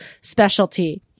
specialty